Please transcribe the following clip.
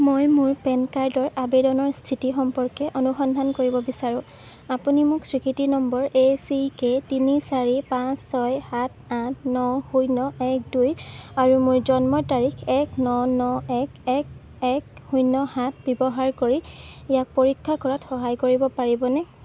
মই মোৰ পেন কাৰ্ডৰ আবেদনৰ স্থিতি সম্পৰ্কে অনুসন্ধান কৰিব বিচাৰোঁ আপুনি মোক স্বীকৃতি নম্বৰ এ চি কে তিনি চাৰি পাঁচ ছয় সাত আঠ ন শূন্য এক দুই আৰু মোৰ জন্ম তাৰিখ এক ন ন এক এক এক শূন্য সাত ব্যৱহাৰ কৰি ইয়াক পৰীক্ষা কৰাত সহায় কৰিব পাৰিবনে